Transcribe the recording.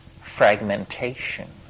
fragmentation